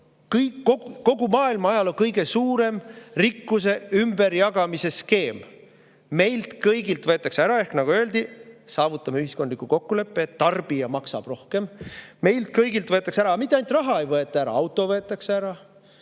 on kogu maailma ajaloo kõige suurem rikkuse ümberjagamise skeem. Meilt kõigilt võetakse ära. Ehk nagu öeldi, saavutame ühiskondliku kokkuleppe, et tarbija maksab rohkem. Meilt kõigilt võetakse ära – mitte ainult raha ei võeta ära, auto võetakse ära,